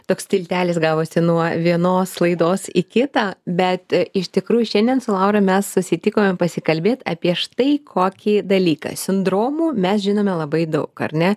toks tiltelis gavosi nuo vienos laidos į kitą bet iš tikrųjų šiandien su laura mes susitikome pasikalbėt apie štai kokį dalyką sindromų mes žinome labai daug ar ne